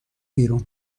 بیرون